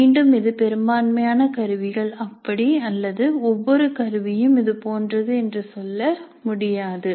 மீண்டும் இது பெரும்பான்மையான கருவிகள் அப்படி அல்லது ஒவ்வொரு கருவியும் இது போன்றது என்று சொல்ல முடியாது